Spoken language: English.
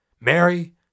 Mary